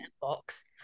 box